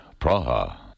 Praha